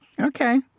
Okay